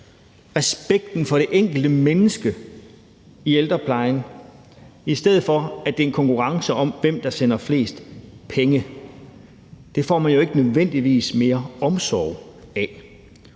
respekten for det enkelte menneske i ældreplejen, i stedet for at det er en konkurrence om, hvem der sender flest penge; det får man jo ikke nødvendigvis mere omsorg af.